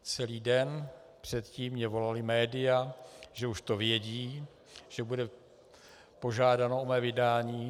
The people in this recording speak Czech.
Celý den předtím mi volala média, že už to vědí, že bude požádáno o mé vydání.